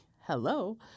hello